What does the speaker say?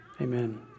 amen